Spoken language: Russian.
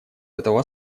этого